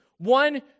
One